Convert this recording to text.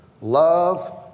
love